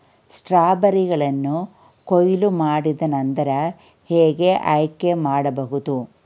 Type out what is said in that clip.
ಸ್ಟ್ರಾಬೆರಿಗಳನ್ನು ಕೊಯ್ಲು ಮಾಡಿದ ನಂತರ ಹೇಗೆ ಆಯ್ಕೆ ಮಾಡಬಹುದು?